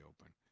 open